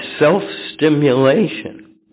self-stimulation